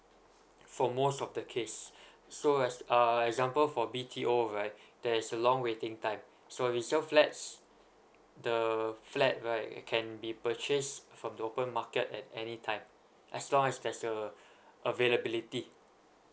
for most of the case so as uh example for B_T_O right there is a long waiting time so a resale flats the flat right can be purchased from the open market at any time as long as there's a availability